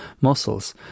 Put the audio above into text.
muscles